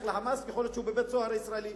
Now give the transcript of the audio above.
ל"חמאס" ויכול להיות שהוא בבית-סוהר ישראלי,